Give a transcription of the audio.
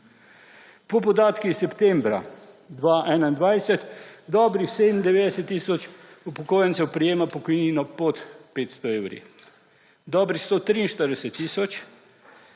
Po podatkih septembra 2021 dobrih 97 tisoč upokojencev prejema pokojnino pod 500 evri, dobrih 143 tisoč